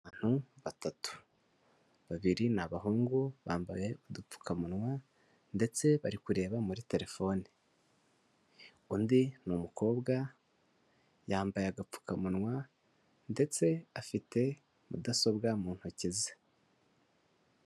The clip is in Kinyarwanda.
Abantu batatu. Babiri n'abahungu bambaye udupfukamunwa ndetse bari kureba muri telefone. Undi ni umukobwa yambaye agapfukamunwa ndetse afite mudasobwa mu ntoki ze.